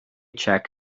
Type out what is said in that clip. check